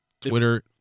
Twitter